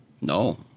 No